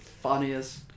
funniest